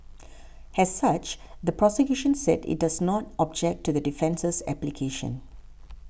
has such the prosecution said it does not object to the defence's application